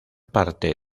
parte